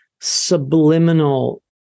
subliminal